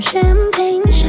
Champagne